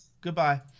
Goodbye